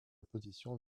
position